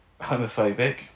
homophobic